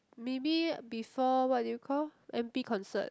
maybe before what do you call n_p concert